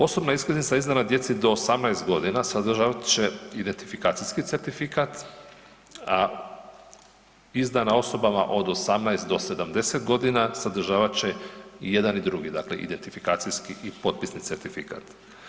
Osobna iskaznica izdana djeci do 18 godina sadržavat će identifikacijski certifikat, a izdana osobama od 18 do 70 godina sadržavat će i jedan i drugi dakle identifikacijski i potpisni certifikat.